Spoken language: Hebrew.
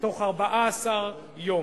בתוך 14 יום.